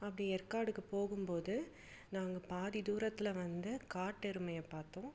அப்படி எற்காடுக்கு போகும்போது நாங்கள் பாதி தூரத்தில் வந்து காட்டெருமையை பார்த்தோம்